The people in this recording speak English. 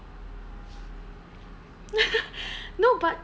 no but